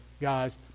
guys